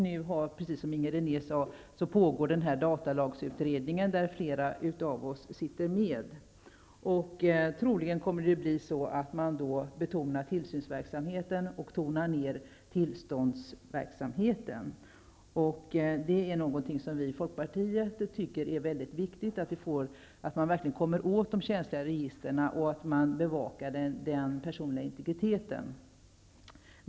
Nu pågår, precis som Inger René sade, datalagsutredningen, där flera av oss sitter med. Troligen kommer man att betona tillsynsverksamheten och tona ner tillståndsverksamheten. Vi i Folkpartiet anser är mycket viktigt att man verkligen kommer åt de känsliga registren och bevakar den personliga integriteten.